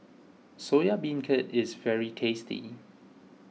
Soya Beancurd is very tasty